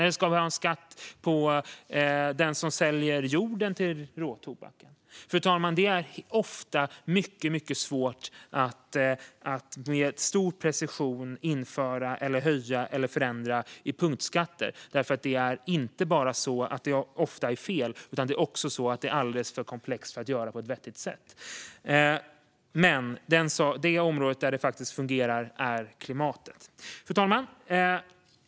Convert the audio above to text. Eller ska vi ha en skatt för den som säljer jord som används till råtobak? Fru talman! Det är ofta mycket svårt att med stor precision införa, höja eller förändra punktskatter. Det är inte bara så att det ofta blir fel, utan det är också alldeles för komplext för att kunna göras på ett vettigt sätt. Men det område där det faktiskt fungerar är klimatet. Fru talman!